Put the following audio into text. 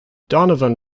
donovan